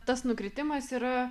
tas nukritimas yra